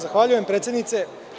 Zahvaljujem, predsednice.